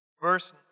Verse